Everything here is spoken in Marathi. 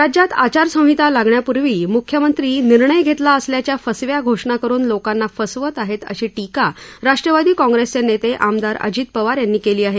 राज्यात आचार संहिता लागण्यापूर्वी मुख्यमंत्री निर्णय घेतला असल्याच्या फसव्या घोषणा करून लोकांना फसवत आहेत अशी टीका राष्ट्रवादी काँग्रेसचे नेते आमदार अजित पवार यांनी केली आहे